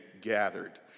gathered